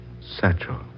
Satchel